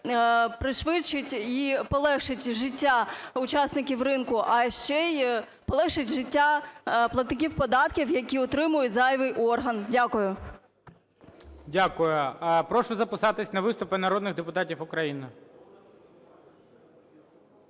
пришвидшить і полегшить життя учасників ринку, а ще й полегшить життя платників податків, які утримують зайвий орган. Дякую. ГОЛОВУЮЧИЙ. Дякую. Прошу записатися на виступи народних депутатів України.